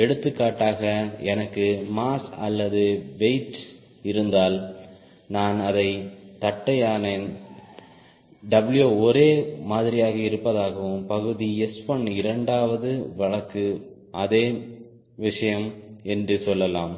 எடுத்துக்காட்டாக எனக்கு மாஸ் அல்லது வெயிட் W இருந்தால் நான் அதைத் தட்டையானேன் W ஒரே மாதிரியாக இருப்பதாகவும் பகுதி S1 இரண்டாவது வழக்கு அதே விஷயம் என்றும் சொல்லலாம்